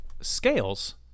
scales